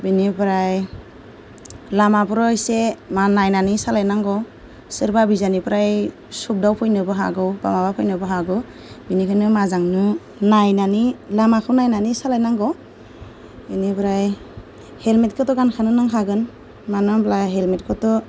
बेनिफ्राय लामाफ्राव एसे नायनानै सालायनांगौ सोरबा गोजानिफ्राय सौदावफैनोबो हागौ माबाफैनोबो हागौ बेनिखायनो मोजांनो नायनानै लामाखौ नायनानै सालायनांगौ बेनिफ्राय हेलमेटखौथ' गानखानो नांखागोन मानो होनोब्ला हेलमेटखौथ'